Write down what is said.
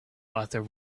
author